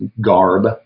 garb